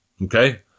Okay